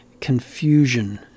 Confusion